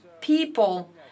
people